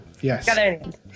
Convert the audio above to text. yes